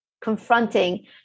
confronting